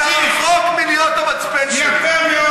תאמין לי.